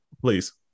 Please